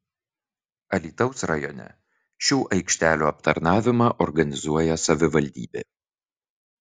alytaus rajone šių aikštelių aptarnavimą organizuoja savivaldybė